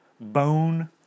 bone